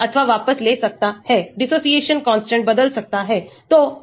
तोअम्ल रूप स्थिर है अथवा इलेक्ट्रॉन दान कर रहा है इसलिए संतुलन बाईं ओर स्थित है